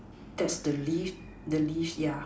that's the least the least yeah